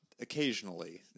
occasionally